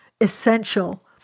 essential